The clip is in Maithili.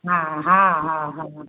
हँ हँ हँ हँ